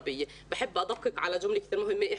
עדיף שנדבר בשפה הערבית.